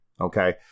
Okay